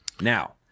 Now